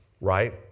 right